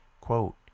Quote